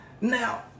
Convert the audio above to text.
Now